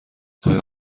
آیا